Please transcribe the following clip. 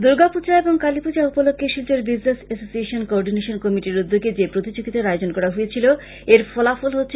দূর্গাপুজা ও কালীপুজা উপলক্ষ্যে Silchar business associations coordination কমিটির উদ্যোগে যে প্রতিযোগীতার আয়োজন করা হয়েছিল এর ফলাফল জচ্ছ